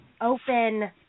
open